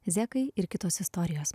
zekai ir kitos istorijos